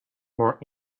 more